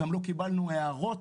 גם לא קיבלנו הערות